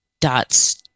dots